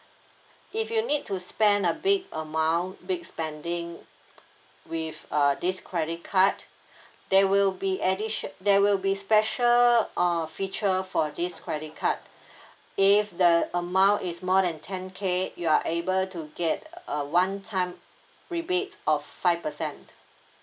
if you need to spend a big amount big spending with uh this credit card there will be addition there will be special uh feature for this credit card if the amount is more than ten K you are able to get a one time rebate of five percent